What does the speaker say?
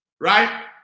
right